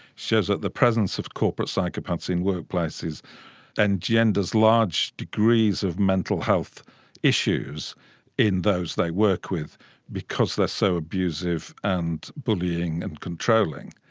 shows that the presence of corporate psychopaths in workplaces and yeah and engenders large degrees of mental health issues in those they work with because they are so abusive and bullying and controlling.